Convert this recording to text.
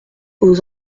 aux